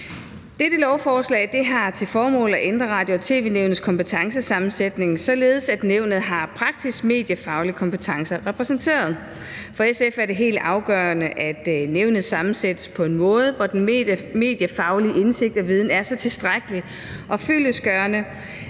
Dette lovforslag har til formål at ændre Radio- og tv-nævnets kompetencesammensætning, således at nævnet har praktisk mediefaglig kompetence repræsenteret. For SF er det helt afgørende, at nævnet sammensættes på en måde, hvor den mediefaglige indsigt og viden er så tilstrækkelig og fyldestgørende,